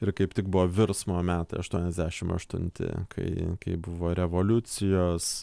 ir kaip tik buvo virsmo metai aštuoniasdešim aštunti kai kai buvo revoliucijos